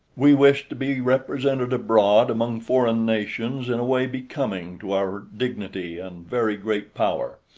we wish to be represented abroad among foreign nations in a way becoming to our dignity and very great power,